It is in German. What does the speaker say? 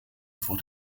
vor